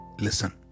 listen